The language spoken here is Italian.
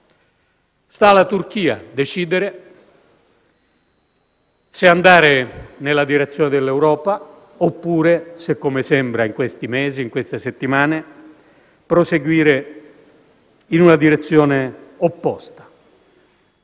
Sta alla Turchia decidere se andare nella direzione dell'Europa oppure - come sembra in questi mesi e in queste settimane - se proseguire in una direzione opposta.